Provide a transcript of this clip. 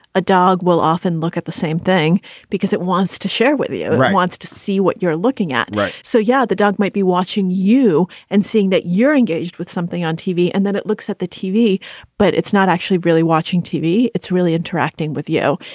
a dog will often look at the same thing because it wants to share with you, wants to see what you're looking at. so, yeah, the dog might be watching you and seeing that you're engaged with something on tv and then it looks at the tv, but it's not actually really watching tv. it's really interacting with you.